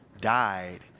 died